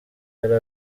yari